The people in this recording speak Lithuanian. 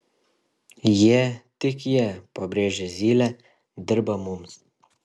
jie tik jie pabrėžė zylė dirba mums